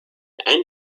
end